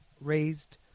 raised